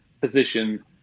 position